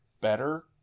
better